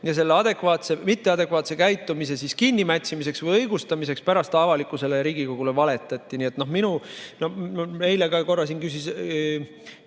ja selle mitteadekvaatse käitumise kinnimätsimiseks või õigustamiseks pärast avalikkusele ja Riigikogule valetati. Eile käis korra siin